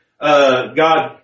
God